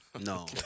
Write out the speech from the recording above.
No